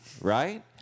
Right